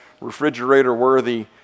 refrigerator-worthy